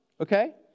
Okay